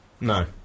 No